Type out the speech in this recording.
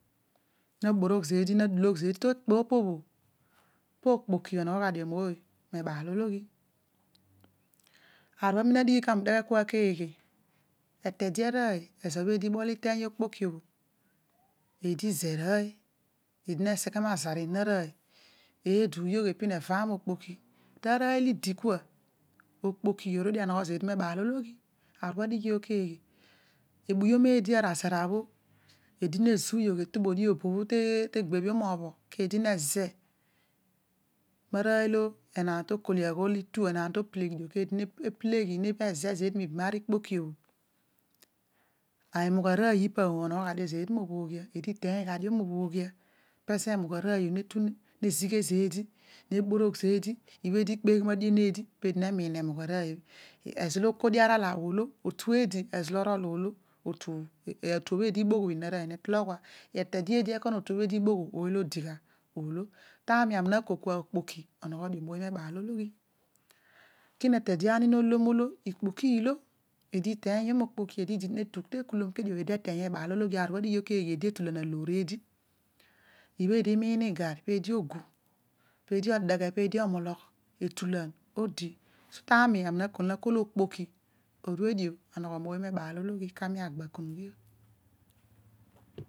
Na borogh zeedi na dulogh zeedi te ekpo opo bho po okpolai onogho gha dio mooy me ebaalor, hia aar obho amina dighi kami udeghi kua keghe etede arooy ezo bho eedi ibol iteeny ikpoki bho, eedi ize rooy, eedi neseghe ma azaar inon na arooy, eduughogh epin evamokpoki, taa rooy olo idi kua, okpoki orue dio anogho zeedi miibalo loghi. aar obho adigh obho ikezeghe, aboyom eedi arazarea bho eedi nezuughogh etoboodi, obo bho te egbebhio mobho keedi neeze marooy olo enaan to kol io ghol itu, enaan to peleghi dio, keedi ne peleghi neeze zoodi meebu m ariikpoki obho ari emugh arooy ipa bho onogho gha zeedin ino bhoghia, eedi iteeny gha dio mobhoghia, peezo emugh arooy bho netu nezie zeedi, neberogh zoodi ibha aedi ikpeghi miridian eedi, peedi neemiin ari e mugh arooy bho, ezo lo okodi arala olo otu eedi ozo lo rol olo, oki, bho, otu bho oodi ibogh bho enon arooy ne tolo ghum etede eedi otu bho eedi ebogh bho ooy olo odi na olo, tani ami na kol kua eedi etolan aloor eedi ibha eedi imiin igarri, peedi ogu, peedi odeghe, peedi omologh etulan odi ta ami, ani na kol akol okpoki orue dio anogho mooy neebaalologhi kami agba akunughi o.